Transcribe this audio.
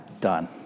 done